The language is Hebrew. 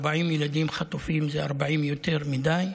40 ילדים חטופים זה 40 יותר מדי.